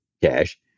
cash